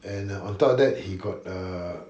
and uh on top of that he got uh